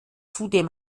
zudem